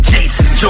Jason